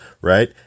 Right